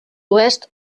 oest